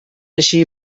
així